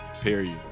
Period